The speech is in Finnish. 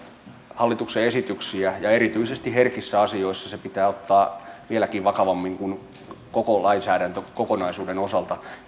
hallituksen esityksiä ja erityisesti herkissä asioissa se pitää ottaa vieläkin vakavammin koko lainsäädäntökokonaisuuden osalta